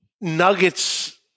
nuggets